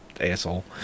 asshole